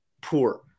poor